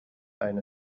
eine